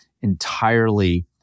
entirely